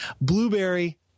Blueberry